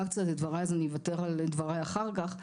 קצת את דבריי אז אני אוותר על דבריי אחר כך,